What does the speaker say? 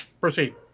Proceed